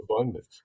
abundance